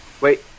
Wait